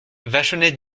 vachonnet